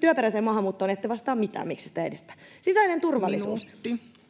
Työperäiseen maahanmuuttoon ette vastaa mitään siitä, miksi ette edistä sitä. Sisäinen turvallisuus: [Puhemies: